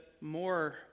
more